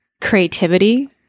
creativity